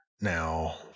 now